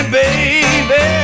baby